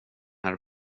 harry